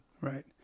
Right